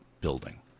building